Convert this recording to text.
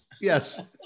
Yes